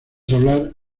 hablar